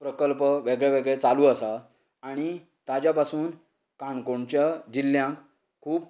प्रकल्प वेगळे वेगळे चालू आसात आनी ताज्या पासून काणकोणच्या जिल्ल्यांक खूब